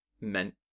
meant